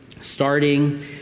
starting